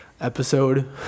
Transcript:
episode